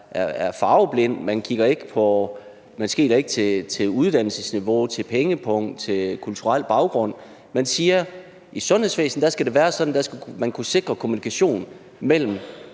er farveblind. Man skeler ikke til uddannelsesniveau, til pengepung, til kulturel baggrund, men man siger, at i sundhedsvæsenet skal det være sådan, at man skal kunne sikre kommunikationen mellem